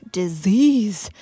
disease